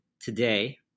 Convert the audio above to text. today